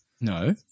No